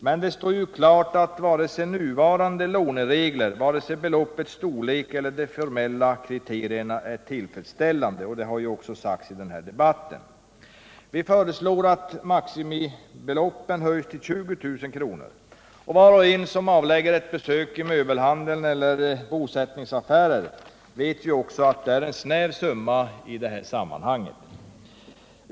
Men det står klart att varken nuvarande låneregler, beloppets storlek eller de formella kriterierna är tillfredsställande. Vi föreslår, som jag redan sagt, att maximibeloppet höjs till 20 000 kr. Var och en som avlägger ett besök i möbelhandel eller i bosättningsaffärer vet att det är en snäv summa i sådana sammanhang.